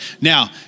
Now